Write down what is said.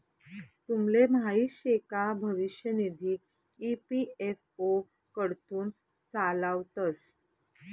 तुमले माहीत शे का भविष्य निधी ई.पी.एफ.ओ कडथून चालावतंस